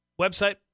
website